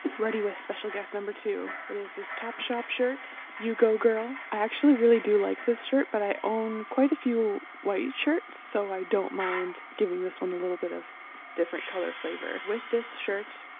ready with special guest number two. it is this topshop shirt, you go, girl. i actually really do like this shirt, but i own quite a few white shirts, so i don't mind giving this one a little bit of different color flavor. with this shirt,